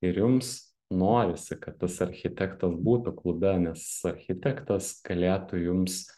ir jums norisi kad tas architektas būtų klube nes architektas galėtų jums